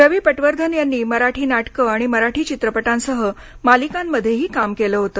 रवी पटवर्धन यांनी मराठी नाटके आणि मराठी चित्रपटांसह मालिकांमध्येही काम केले होते